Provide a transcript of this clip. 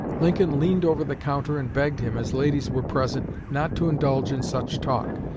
lincoln leaned over the counter and begged him, as ladies were present, not to indulge in such talk.